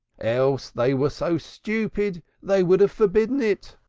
else they were so stupid they would have forbidden it.